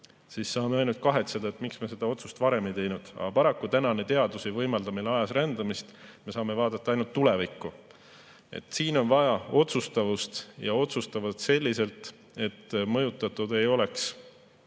siis saame ainult kahetseda, miks me seda otsust varem ei teinud. Aga paraku tänane teadus ei võimalda meil ajas rändamist, me saame vaadata ainult tulevikku. Siin on vaja otsustavust ja otsustavust selliselt, et otsused ei oleks